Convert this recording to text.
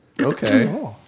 Okay